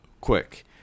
quick